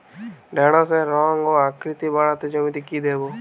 ঢেঁড়সের রং ও আকৃতিতে বাড়াতে জমিতে কি দেবো?